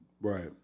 Right